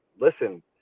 listen